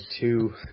two